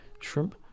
shrimp